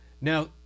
Now